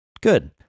Good